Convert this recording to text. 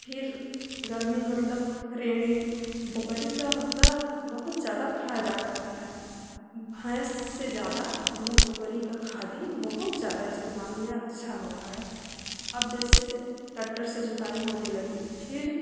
फिर गर्मी मतलब रैनी बकरी का मतलब बहुत ज़्यादा फ़ायदा करता है भैंस से ज़्यादा मतलब बकरी का खादी बहुत ज़्यादा इस्तेमाल में अच्छा होता है अब जैसे ट्रेक्टर से जुताई होने लगी फिर